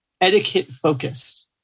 etiquette-focused